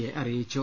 A അറിയിച്ചു